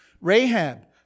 Rahab